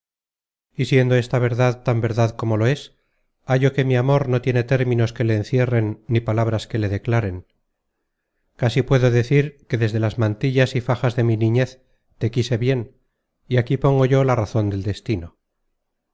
siendo esta verdad tan verdad como lo es hallo que mi amor no tiene términos que le encierren ni palabras que le declaren casi puedo decir que desde las mantillas y fajas de mi niñez te quise bien y aquí pongo yo la razon del destino